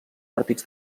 partits